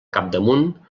capdamunt